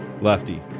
Lefty